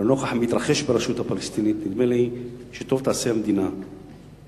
אבל לנוכח המתרחש ברשות הפלסטינית נדמה לי שטוב תעשה המדינה אם,